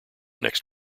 next